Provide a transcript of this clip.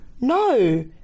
no